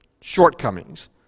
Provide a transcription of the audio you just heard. shortcomings